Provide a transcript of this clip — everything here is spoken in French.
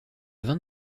vingt